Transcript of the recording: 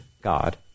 God